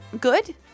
good